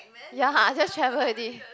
ya I just traveled already